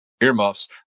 earmuffs